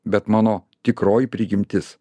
bet mano tikroji prigimtis